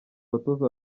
abatoza